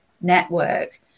network